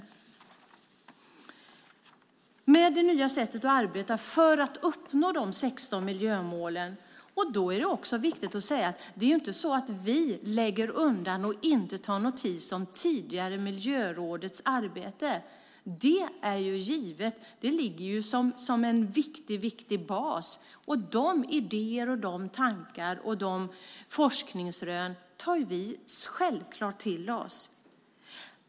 Det är också viktigt att säga att det nya sättet att arbeta för att uppnå de 16 miljömålen inte innebär att vi lägger undan och inte tar notis om det tidigare miljörådets arbete. Det är ju givet - det ligger som en viktig bas. Och de idéerna, tankarna och forskningsrönen tar vi självklart till oss.